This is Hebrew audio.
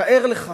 תאר לך